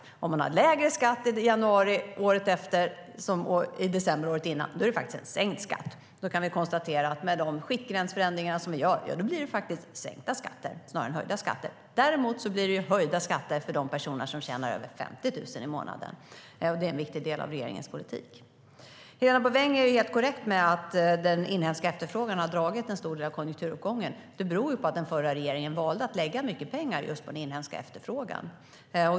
Och om man har lägre skatt i januari ett år än i december året innan är det en sänkt skatt. Med de skiktgränsförändringar som vi gör kan då konstateras att blir det sänkta skatter snarare än höjda skatter. Däremot blir det höjda skatter för de personer som tjänar över 50 000 i månaden, och det är en viktig del av regeringens politik. Helena Bouveng säger helt korrekt att den inhemska efterfrågan har dragit en stor del av konjunkturuppgången. Det beror på att den förra regeringen valde att lägga mycket pengar just på den inhemska efterfrågan.